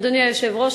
אדוני היושב-ראש,